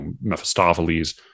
Mephistopheles